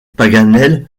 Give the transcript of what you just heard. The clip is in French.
paganel